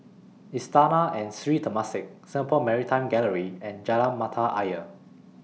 Istana and Sri Temasek Singapore Maritime Gallery and Jalan Mata Ayer